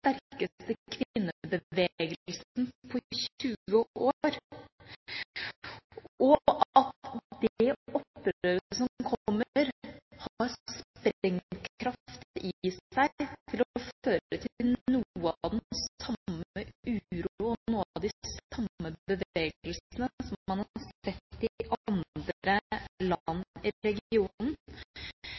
sterkeste kvinnebevegelsen på 20 år, og at det opprøret som kommer, har sprengkraft i seg til å føre til noe av den samme uro og noe av de samme bevegelsene som man har sett i andre land i regionen,